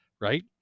right